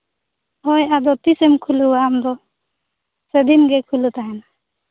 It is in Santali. ᱦᱳᱭ ᱟᱫᱚ ᱛᱤᱸᱥᱮᱢ ᱠᱷᱩᱞᱟᱹᱣᱟ ᱟᱢᱫᱚ ᱥᱮ ᱫᱤᱱ ᱜᱮ ᱠᱷᱩᱞᱟᱹᱣ ᱛᱟᱦᱮᱱᱟ